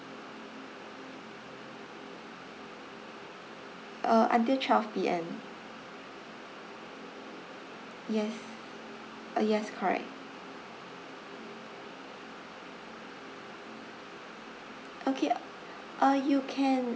uh until twelve P_M yes ah yes correct okay uh uh you can